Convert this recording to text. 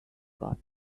got